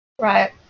Right